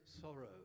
sorrow